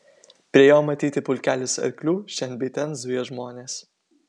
prie jo matyti pulkelis arklių šen bei ten zuja žmonės